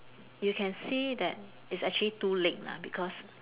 you can see that it's actually two leg lah because